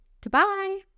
Goodbye